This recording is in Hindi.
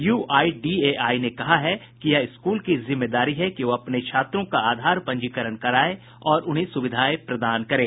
you I D A I ने कहा है कि यह स्कूल की जिम्मेदारी है कि वह अपने छात्रों का आधार पंजीकरण कराये और सुविधाएं प्रदान करें